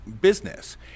business